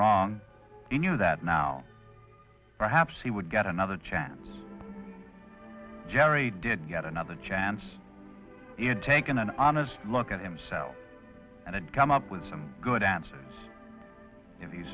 wrong he knew that now perhaps he would get another chance jerry did get another chance he had taken an honest look at himself and had come up with some good answers in the